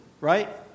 right